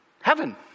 Heaven